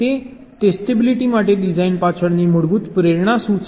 તો ટેસ્ટેબિલિટી માટે ડિઝાઇન પાછળની મૂળભૂત પ્રેરણા શું છે